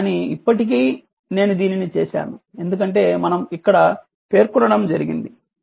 కానీ ఇప్పటికీ నేను దీనిని చేసాను ఎందుకంటే మనం ఇక్కడ పేర్కొనడం జరిగింది